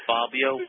Fabio